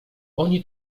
oni